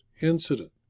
incident